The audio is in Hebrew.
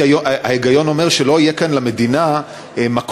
ההיגיון אומר שלא יהיה כאן למדינה מקום